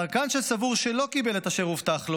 צרכן שסבור שלא קיבל את אשר הובטח לו